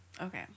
okay